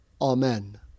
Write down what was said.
Amen